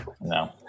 No